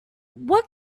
what